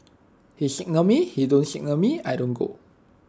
he signal me he don't signal me I don't go